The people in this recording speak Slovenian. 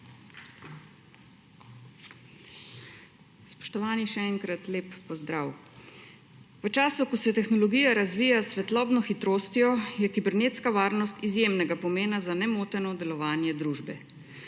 Spoštovani, še enkrat lep pozdrav! V času, ko se tehnologija razvija s svetlobno hitrostjo, je kibernetska varnost izjemnega pomena za nemoteno delovanje družbe.